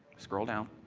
scroll down,